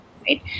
right